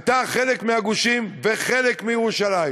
הייתה חלק מהגושים וחלק מירושלים.